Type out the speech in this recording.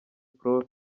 prof